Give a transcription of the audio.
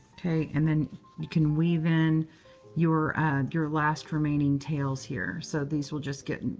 and then you can weave in your your last remaining tails here. so this will just get and